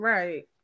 Right